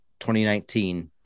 2019